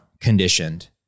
conditioned